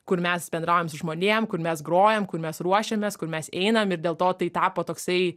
kur mes bendraujam su žmonėm kur mes grojam mes ruošiamės kur mes einam ir dėl to tai tapo toksai